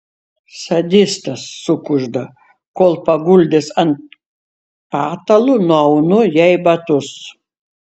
sadistas sukužda kol paguldęs ant patalų nuaunu jai batus